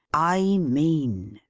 i mean,